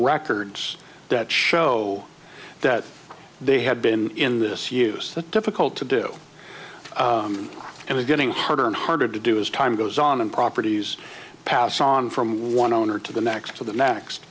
records that show that they had been in this use that difficult to do and is getting harder and harder to do as time goes on and properties pass on from one owner to the next to the next